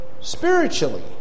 spiritually